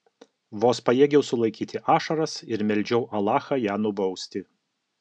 vos pajėgiau sulaikyti ašaras ir meldžiau alachą ją nubausti